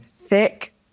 Thick